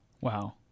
Wow